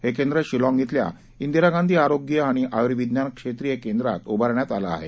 हे केंद्र शिलाँग इथल्या इंदिरा गांधी आरोग्य आणि आयुर्विज्ञान क्षेत्रिय केंद्रात उभारण्यात आलं आहे